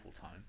time